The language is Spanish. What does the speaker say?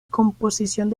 composición